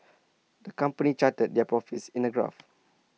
the company charted their profits in A graph